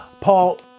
Paul